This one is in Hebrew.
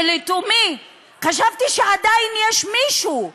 שלתומי חשבתי שעדיין יש מישהו,